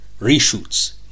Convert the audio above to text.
reshoots